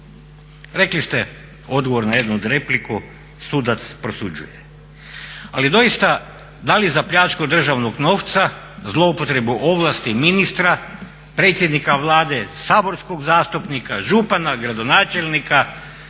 Rekli ste odgovor na jednu repliku, sudac prosuđuje. Ali doista, da li za pljačku državnog novca, zloupotrebu ovlasti ministra, predsjednika Vlade, saborskog zastupnika, župana, gradonačelnika,